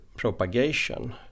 Propagation